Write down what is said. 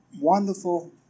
wonderful